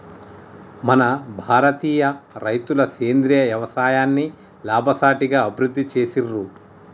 మన భారతీయ రైతులు సేంద్రీయ యవసాయాన్ని లాభసాటిగా అభివృద్ధి చేసిర్రు